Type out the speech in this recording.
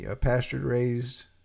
pastured-raised